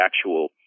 actual